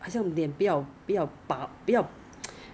apply toner first before before applying sheet mask